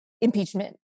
impeachment